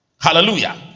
Hallelujah